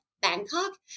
Bangkok